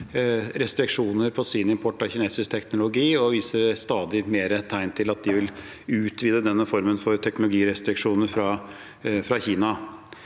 restriksjoner på sin import av kinesisk teknologi, og de viser stadig mer tegn til at de vil utvide denne formen for teknologirestriksjoner fra Kina.